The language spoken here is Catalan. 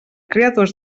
creadors